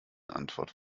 antwort